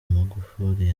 magufuli